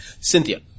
Cynthia